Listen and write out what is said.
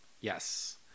Yes